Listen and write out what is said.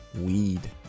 weed